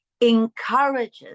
encourages